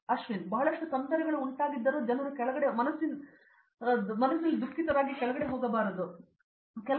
ಅಶ್ವಿನ್ ಬಹಳಷ್ಟು ತೊಂದರೆಗಳು ಉಂಟಾಗಿದ್ದರೂ ಅವರು ಕೆಳಗೆ ಹೋಗಬಾರದು ತಯಾರಾಗಬೇಕು